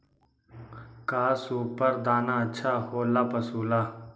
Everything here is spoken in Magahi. का सुपर दाना अच्छा हो ला पशु ला?